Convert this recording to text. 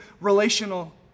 relational